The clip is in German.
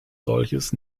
solches